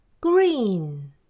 green